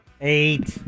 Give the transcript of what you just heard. Eight